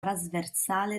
trasversale